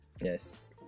yes